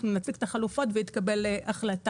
אנחנו נציג את החלופות והיא תקבל החלטה.